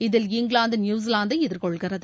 இதில் இங்கிலாந்து நியுசிலாந்தை எதிர்கொள்கிறது